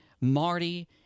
Marty